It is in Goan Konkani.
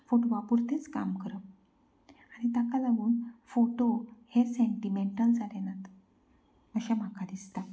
फोटवा पुरतेंच काम करप आनी ताका लागून फोटो हे सेंटीमेंटल जाले नात अशे म्हाका दिसता